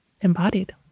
embodied